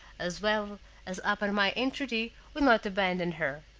as well as upon my entreaty, will not abandon her.